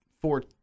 four